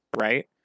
right